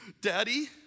daddy